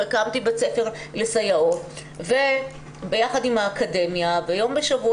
הקמתי בית ספר לסייעות וביחד עם האקדמיה יום בשבוע